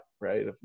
right